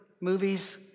movies